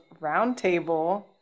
roundtable